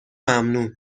ممنون